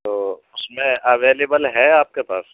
تو اُس میں اویلیبل ہے آپ کے پاس